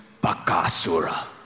Bakasura